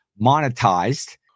monetized